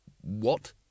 What